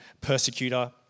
persecutor